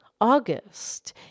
August